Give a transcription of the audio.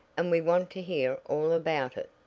and we want to hear all about it.